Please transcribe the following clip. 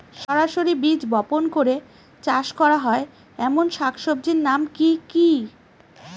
সরাসরি বীজ বপন করে চাষ করা হয় এমন শাকসবজির নাম কি কী?